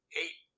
eight